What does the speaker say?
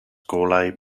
golau